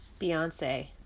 Beyonce